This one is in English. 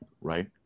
right